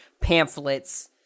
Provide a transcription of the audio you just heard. pamphlets